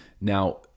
Now